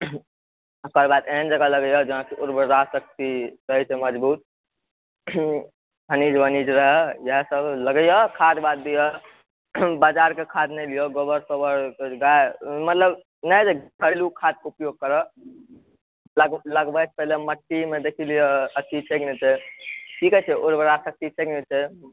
ओकर बाद एहन जगह लगेबऽ जहाँ की उर्वरा शक्ति रहै छै मज़बूत खनीज ओनीज रहै इएह सब लगेहिए खाद वाद दीहऽ बाज़ार के खाद नहि दीहऽ गोबर सोबर मतलब नहि होइ छै घरेलू खाद उपयोग करब लगबैत पहिले मट्टीमे देख लिय अथी छै की नहि की कहै छै उर्वरा शक्ति छै की नहि